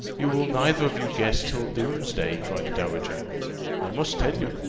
you will neither of you guess till doomsday! cried the dowager i must tell you.